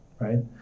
Right